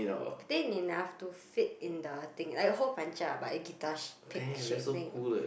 thin enough to fit in the thing like a hole puncher ah but a guitar pick shape then you